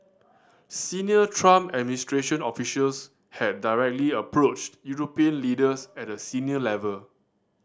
Senior Trump administration officials had directly approached European leaders at a senior level